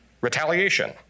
Retaliation